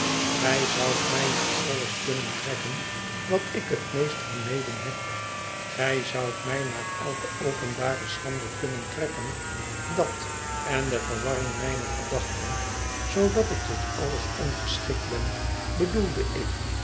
gij zoudt mij naar alles kunnen trekken wat ik het meest vermeden heb gij zoudt mij naar elke openbare schande kunnen trekken dat en de verwarring mijner gedachten zoodat ik tot alles ongeschikt ben bedoelde ik